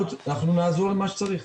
אנחנו נעזור במה שצריך.